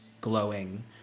glowing